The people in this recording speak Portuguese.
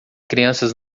crianças